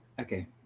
Okay